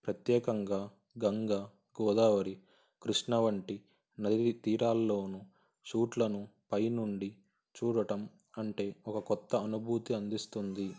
ప్రత్యేకంగా గంగా గోదావరి కృష్ణ వంటి నది తీరాల్లోనూ షూట్లను పైనుండి చూడటం అంటే ఒక కొత్త అనుభూతి అందిస్తుంది